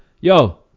Yo